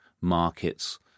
markets